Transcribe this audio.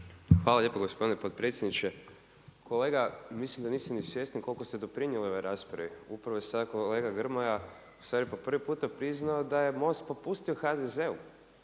Hvala lijepo gospodine potpredsjedniče. Kolega mislim da niste ni svjesni koliko ste doprinijeli ovoj raspravi. Upravo je sad kolega Grmoja, ustvari po prvi puta priznao da je MOST popustio HDZ-u,